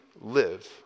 live